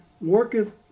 worketh